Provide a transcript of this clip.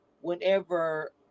whenever